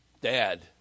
Dad